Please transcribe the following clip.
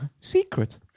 Secret